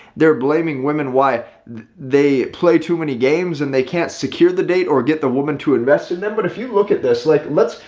they're blaming women, why they play too many games and they can't secure the date or get the woman to invest in them. but if you look at this, like let's,